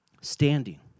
standing